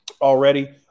already